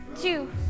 two